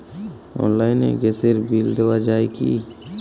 অনলাইনে গ্যাসের বিল দেওয়া যায় কি?